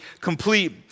complete